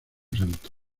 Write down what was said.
santo